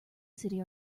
city